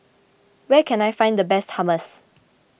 where can I find the best Hummus